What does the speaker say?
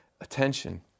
attention